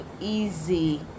easy